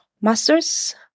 master's